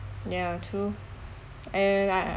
ya true and I